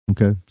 Okay